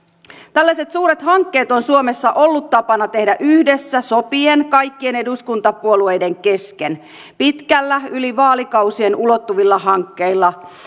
tällaiset suuret hankkeet on suomessa ollut tapana tehdä yhdessä sopien kaikkien eduskuntapuolueiden kesken pitkillä yli vaalikausien ulottuvilla hankkeilla